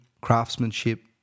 craftsmanship